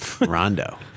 Rondo